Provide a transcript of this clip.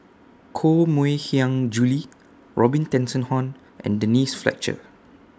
Koh Mui Hiang Julie Robin Tessensohn and Denise Fletcher